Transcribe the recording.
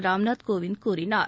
ராம்நாத் கோவிந்த் கூறினார்